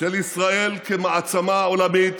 של ישראל כמעצמה עולמית,